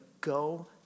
Go